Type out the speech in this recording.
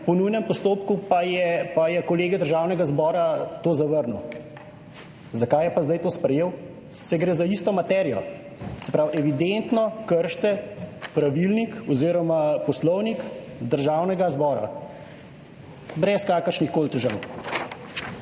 po nujnem postopku, pa je pa je Kolegij Državnega zbora to zavrnil - zakaj je pa zdaj to sprejel? Saj gre za isto materijo. Se pravi, evidentno kršite pravilnik oziroma Poslovnik Državnega zbora brez kakršnihkoli težav.